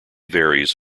varies